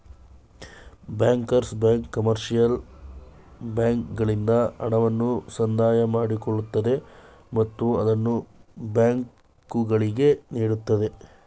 bankers bank commercial ಬ್ಯಾಂಕ್ಗಳಿಂದ ಹಣವನ್ನು ಸಂದಾಯ ಮಾಡಿಕೊಳ್ಳುತ್ತದೆ ಮತ್ತು ಅದನ್ನು ಬ್ಯಾಂಕುಗಳಿಗೆ ನೀಡುತ್ತದೆ